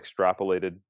extrapolated